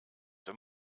wenn